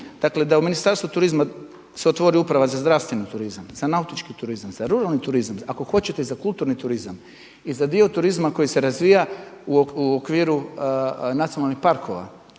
Dakle, da u Ministarstvu turizma se otvori uprava za zdravstveni turizam, za nautički turizam, za ruralni turizam, ako hoćete za kulturni turizam, i za dio turizma koji se razvija u okviru nacionalnih parkova